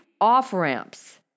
off-ramps